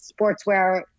sportswear